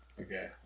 Okay